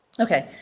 okay,